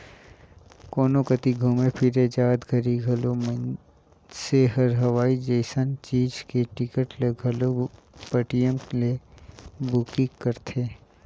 कोनो कति घुमे फिरे जात घरी घलो मइनसे हर हवाई जइसन चीच के टिकट ल घलो पटीएम ले बुकिग करथे